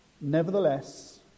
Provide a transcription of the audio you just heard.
Nevertheless